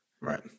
right